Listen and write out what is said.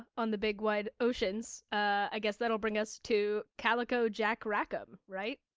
on the big wide oceans, ah, i guess that'll bring us to calico jack rackham, right?